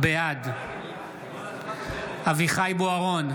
בעד אביחי אברהם בוארון,